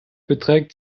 beträgt